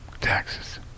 taxes